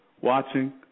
watching